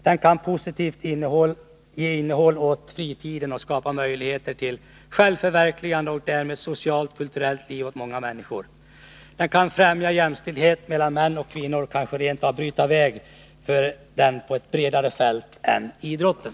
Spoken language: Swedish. Den kan ge positivt innehåll åt fritiden och skapa möjligheter till självförverkligande och därmed socialt och kulturellt liv åt många människor. Den kan främja jämställdhet mellan män och kvinnor, kanske rent av bryta väg för denna på ett bredare fält än idrotten.